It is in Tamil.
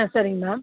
ஆ சரிங்கண்ணா